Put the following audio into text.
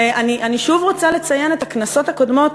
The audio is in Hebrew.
ואני שוב רוצה לציין את הכנסות הקודמות,